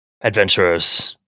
adventurers